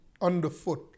underfoot